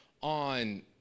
on